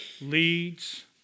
leads